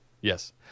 Yes